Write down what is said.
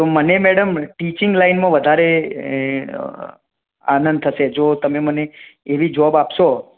તો મને madam teaching લાઈનમાં વધારે આનંદ થશે જો તમે મને એવી જોબ આપશો